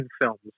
films